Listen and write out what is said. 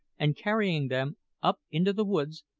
and carrying them up into the woods,